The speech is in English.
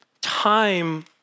Time